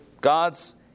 God's